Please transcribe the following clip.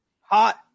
hot